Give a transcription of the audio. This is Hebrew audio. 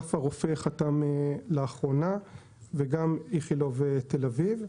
אסף הרופא חתמו לאחרונה וגם איכילוב בתל אביב.